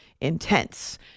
intense